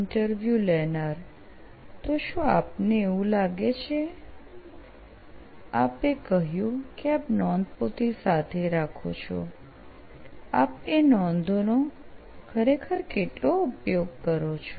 interview લેનાર તો શું આપને એવું લાગે છે આપે કહ્યું કે આપ નોંધપોથી સાથે રાખો છો આપ એ નોંધોનો ખરેખર કેટલો ઉપયોગ કરો છો